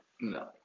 No